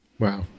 Wow